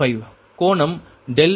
05 கோணம் 1 0